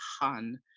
Han